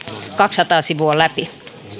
kaksisataa sivua läpi